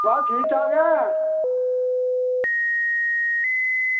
बस ठीक ठाक ऐ